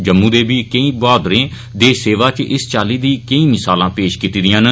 जम्मू दे बी केई बहादुरें देश सेवा च इस चाल्ली दी केई मिसालां पेश कीती दिआं न